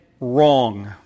wrong